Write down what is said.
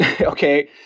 okay